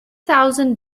thousand